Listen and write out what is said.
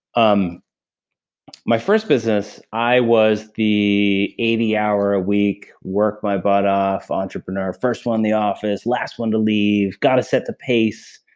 um my first business i was the eighty hour a week work my butt off entrepreneur. first one in the office. last one to leave got to set the pace.